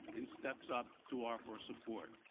in steps up to offer support.